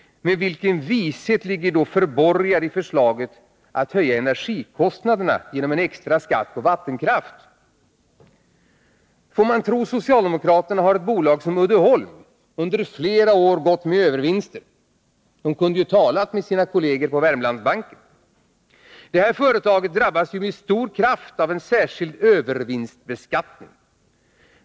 Men vilken vishet ligger då förborgad i förslaget att höja energikostnaderna genom en extra skatt på vattenkraft? Får man tro socialdemokraterna, har ett bolag som Uddeholm under flera år gått med övervinster. De kunde ju ha talat med sina kolleger på Wermlandsbanken. Detta företag drabbas med stor kraft av en särskild ”övervinstbeskattning”.